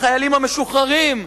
החיילים המשוחררים,